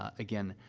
ah again,